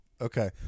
okay